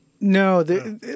No